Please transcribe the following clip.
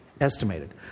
estimated